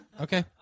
Okay